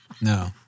no